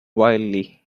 wildly